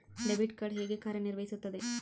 Debit card ಹೇಗೆ ಕಾರ್ಯನಿರ್ವಹಿಸುತ್ತದೆ?